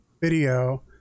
video